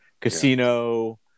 Casino